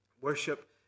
worship